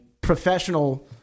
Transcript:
professional